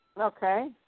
Okay